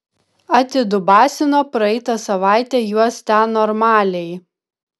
atidubasino praeitą savaitę juos ten normaliai